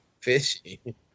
fishy